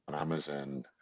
Amazon